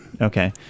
Okay